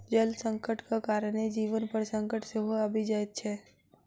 जल संकटक कारणेँ जीवन पर संकट सेहो आबि जाइत छै